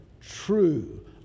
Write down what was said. true